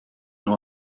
nur